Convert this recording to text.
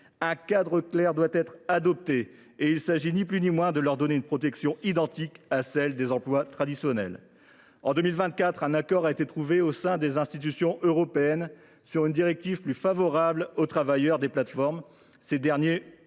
Un cadre clair doit être adopté. Il s’agit ni plus ni moins de leur donner une protection identique à celle des salariés traditionnels. En 2024, un accord a été trouvé au sein des institutions européennes sur une directive plus favorable aux travailleurs des plateformes : ces derniers